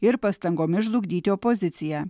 ir pastangomis žlugdyti opoziciją